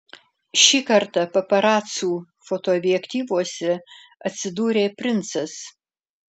šį kartą paparacų fotoobjektyvuose atsidūrė princas